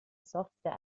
software